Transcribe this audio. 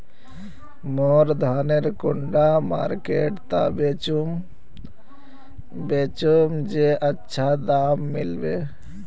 मोर धानेर कुंडा मार्केट त बेचुम बेचुम जे अच्छा दाम मिले?